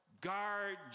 guard